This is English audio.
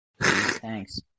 Thanks